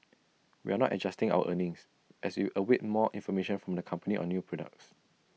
we are not adjusting our earnings as we await more information from the company on new products